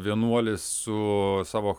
vienuolis su savo